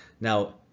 Now